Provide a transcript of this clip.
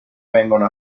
vengono